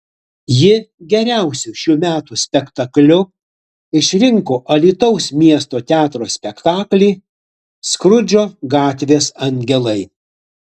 ji geriausiu šių metų spektakliu išrinko alytaus miesto teatro spektaklį skrudžo gatvės angelai